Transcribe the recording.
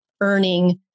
earning